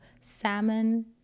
salmon